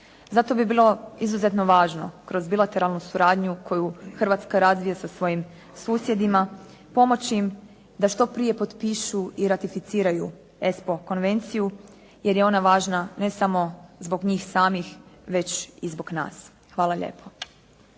Zato bi bilo izuzetno važno kroz bilateralnu suradnju koju Hrvatska razvija sa svojim susjedima, pomoći im da što prije potpišu i ratificiraju ESPO konvenciju jer je ona važna ne samo zbog njih samih, već i zbog nas. Hvala lijepo.